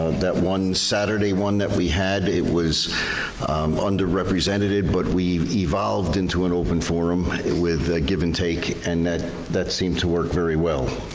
that one saturday one that we had, it was underrepresented but we've evolved into an open forum with ah give and take and that that seemed to work very well.